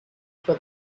for